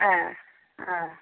ए ओ